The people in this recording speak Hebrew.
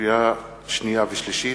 לקריאה שנייה ולקריאה שלישית: